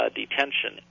detention